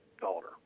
daughter